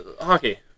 hockey